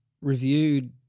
reviewed